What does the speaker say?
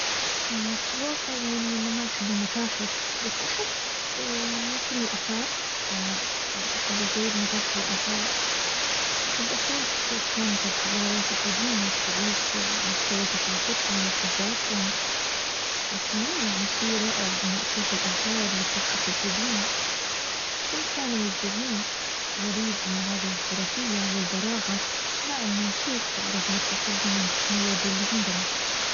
في الواقع يعني انا ما احب المتاحف بس احب ممكن الاثار احب ازور متاحف الاثار بحب اشوف كيف كانت الحضارات القديمة تعيش ومستوى ثقافتهم وخبراتهم وكمان يعني شي رائع اني اشوف الاثار والتحف القديمة كم كانو مبدعين غريب ان هذه الحرفيه والبراعه ما عدنا نشوفها رغم التقدم التكنولوجي اللي عندنا